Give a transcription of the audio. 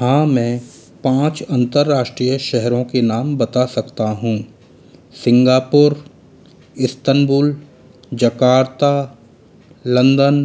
हाँ मैं पाँच अंतरराष्ट्रीय शहरों के नाम बता सकता हूँ सिंगापुर इस्तमबुल जकार्ता लंदन